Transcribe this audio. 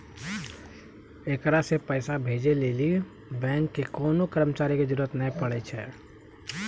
एकरा से पैसा भेजै के लेली बैंको के कोनो कर्मचारी के जरुरत नै पड़ै छै